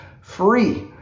free